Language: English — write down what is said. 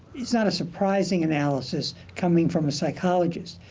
it's not a surprising analysis coming from a psychologist.